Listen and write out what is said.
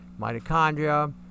Mitochondria